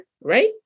right